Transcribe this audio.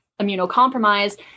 immunocompromised